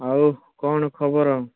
ଆଉ କଣ ଖବର